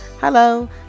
Hello